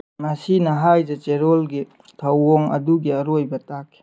ꯃꯁꯤꯅ ꯍꯥꯏꯖ ꯆꯦꯔꯣꯜꯒꯤ ꯊꯧꯑꯣꯡ ꯑꯗꯨꯒꯤ ꯑꯔꯣꯏꯕ ꯇꯥꯛꯈꯤ